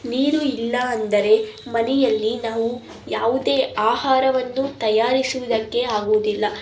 ನೀರು ಇಲ್ಲ ಅಂದರೆ ಮನೆಯಲ್ಲಿ ನಾವು ಯಾವುದೇ ಆಹಾರವನ್ನು ತಯಾರಿಸುವುದಕ್ಕೆ ಆಗುವುದಿಲ್ಲ